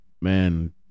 man